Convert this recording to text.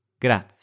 Grazie